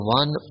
one